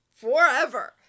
Forever